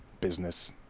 business